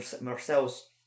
Marcel's